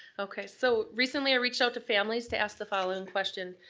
okay, so recently i reached out to families to ask the following question.